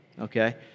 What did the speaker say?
okay